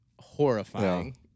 horrifying